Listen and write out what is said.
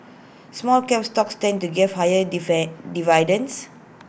small cap stocks tend to gave higher dividends